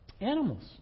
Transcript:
animals